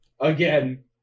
again